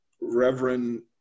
Reverend